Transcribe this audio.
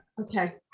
Okay